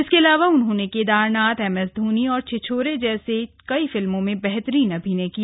इसके अलावा उन्होंने केदारनाथ एम एस धोनी और छिछोरे जैसी कई फिल्मों में बेहतरीन अभिनय किया